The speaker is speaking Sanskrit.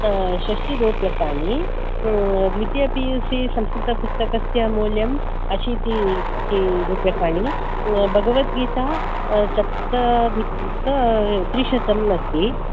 षष्टिरूप्यकाणि द्वितीय पि यु सि संस्कृतपुस्तकस्य मूल्यम् अशीतिरूप्यकाणि भगवद्गीता सप्ताधिकत्रिशतम् अस्ति